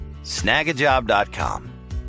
Snagajob.com